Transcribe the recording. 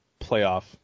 playoff